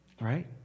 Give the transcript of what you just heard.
right